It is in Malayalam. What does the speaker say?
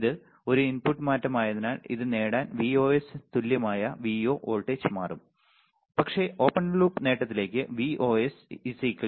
ഇത് ഒരു ഇൻപുട്ട് മാറ്റമായതിനാൽ ഇത് നേടാൻ Vos തുല്യമായ Vo വോൾട്ടേജ് മാറും പക്ഷേ ഓപ്പൺ ലൂപ്പ് നേട്ടത്തിലേക്ക് Vos 3